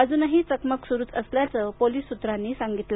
अजूनही चकमक सुरूच असल्याचं पोलीस सूत्रांनी सांगितलं